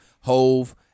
Hove